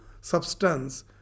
substance